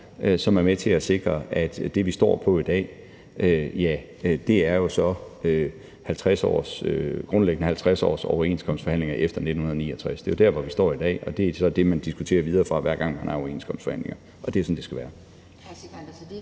er med til at sikre, at det, vi står på i dag, grundlæggende er 50 års overenskomstforhandlinger efter 1969. Det er jo der, hvor vi står i dag, og det er så det, man diskuterer videre fra, hver gang man har overenskomstforhandlinger, og det er sådan, det skal være.